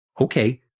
okay